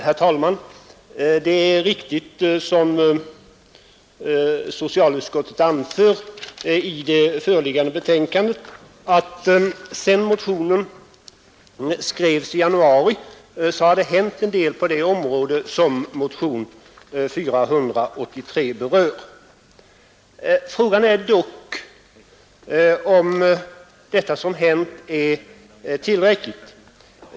Herr talman! Det är riktigt, som socialutskottet i föreliggande betänkande anför, att det sedan motionen 483 skrevs i januari har hänt en del på det område som motionen berör. Frågan är dock om det som hänt är tillräckligt.